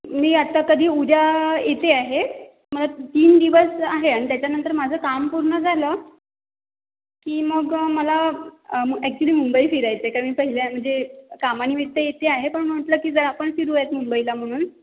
मी आत्ता कधी उद्या येते आहे मला तीन दिवस आहे आणि त्याच्यानंतर माझं काम पूर्ण झालं की मग मला ॲक्च्युली मुंबई फिरायचं आहे कारण पहिल्या म्हणजे कामानिमित्त येते आहे पण म्हटलं की जरा आपण फिरुयात मुंबईला म्हणून